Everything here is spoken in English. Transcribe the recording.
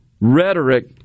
rhetoric